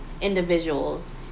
individuals